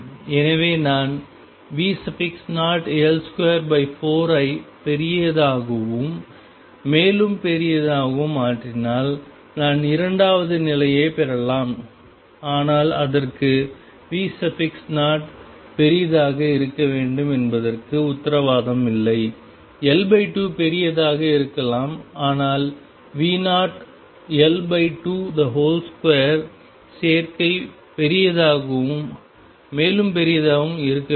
எனவே நான் V0L24 ஐ பெரிதாகவும் மேலும் பெரியதாகவும் மாற்றினால் நான் இரண்டாவது நிலையைப் பெறலாம் ஆனால் அதற்கு V0 பெரியதாக இருக்க வேண்டும் என்பதற்கு உத்தரவாதம் இல்லை L2 பெரியதாக இருக்கலாம் அல்லது V0L22 சேர்க்கை பெரியதாகவும் மேலும் பெரியதாகவும் இருக்க வேண்டும்